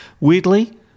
Weirdly